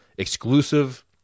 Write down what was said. exclusive